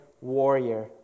warrior